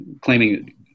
claiming